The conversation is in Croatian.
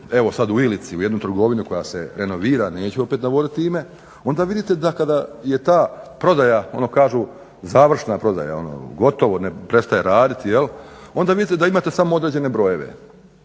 evo sada u Ilici u jednu trgovinu koja se renovira, neću opet navoditi ime, onda vidite da kada je ta prodaja ono kažu završna prodaja, gotovo prestaje raditi, onda vidite da imate samo određene brojeve,